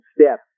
step